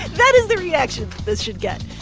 that is the reaction this should get.